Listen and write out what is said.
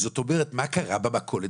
הם מוטמעים בתוך המודל הזה.